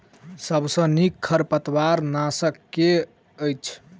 सबसँ नीक खरपतवार नाशक केँ अछि?